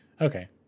Okay